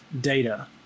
data